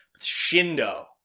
Shindo